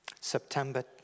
September